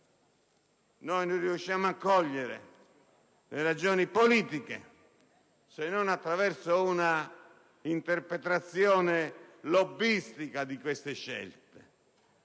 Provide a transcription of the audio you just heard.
Non riusciamo a cogliere le ragioni politiche, se non attraverso una interpretazione lobbistica di queste scelte.